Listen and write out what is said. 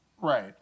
Right